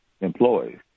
employees